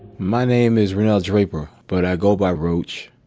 my name is ronnel draper, but i go by rauch.